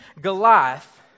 Goliath